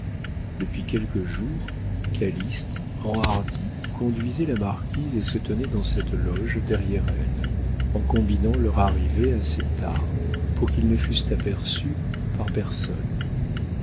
depuis quelques jours calyste enhardi conduisait la marquise et se tenait dans cette loge derrière elle en combinant leur arrivée assez tard pour qu'ils ne fussent aperçus par personne